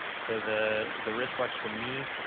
so the the wristwatch, to me,